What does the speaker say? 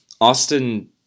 Austin